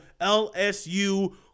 LSU